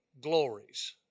glories